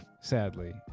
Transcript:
sadly